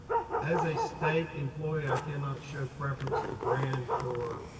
as a state employee, i cannot show preference to brand or